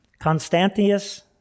Constantius